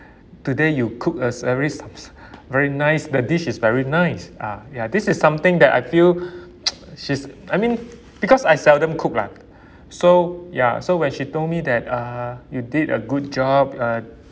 today you cook us a dish very nice the dish is very nice ah ya this is something that I feel she's I mean because I seldom cook lah so ya so when she told me that uh you did a good job uh